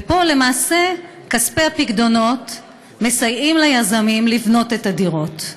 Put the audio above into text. ופה למעשה כספי הפיקדונות מסייעים ליזמים לבנות את הדירות.